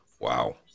Wow